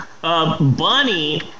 Bunny